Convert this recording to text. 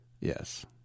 Yes